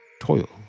toil